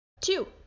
Two